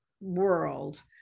world